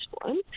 one